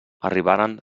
arribaren